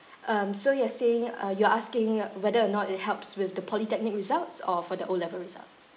um so you're saying uh you're asking whether or not it helps with the polytechnic results or for the O level results